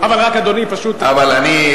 אבל רק, אדוני, פשוט, נא לסיים.